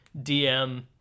DM